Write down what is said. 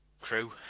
crew